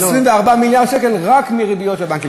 24 מיליארד שקל רק מריביות לבנקים.